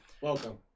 Welcome